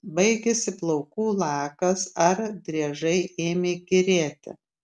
baigėsi plaukų lakas ar driežai ėmė įkyrėti